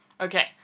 Okay